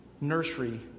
nursery